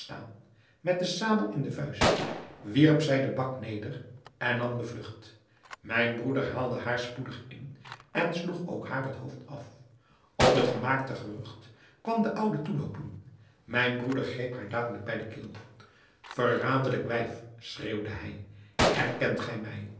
met de sabel in de vuist wierp zij den bak neder en nam de vlugt mijn broeder haalde haar spoedig in en sloeg ook haar het hoofd af op het gemaakte gerucht kwam de oude toeloopen mijn broeder greep haar dadelijk bij de keel verraderlijk wijf schreeuwde hij herkent gij mij